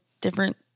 different